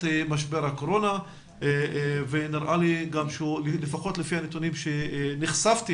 משבר הקורונה ונראה לי לפחות לפי הנתונים אליהם נחשפתי